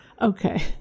Okay